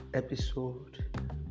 Episode